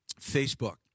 Facebook